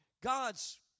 God's